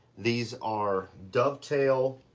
these are dovetail,